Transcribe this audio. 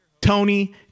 Tony